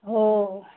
हो